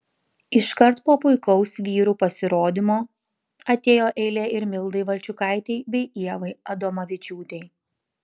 iškart po puikaus vyrų pasirodymo atėjo eilė ir mildai valčiukaitei bei ievai adomavičiūtei